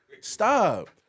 Stop